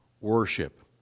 worship